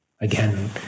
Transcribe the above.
again